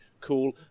cool